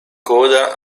coda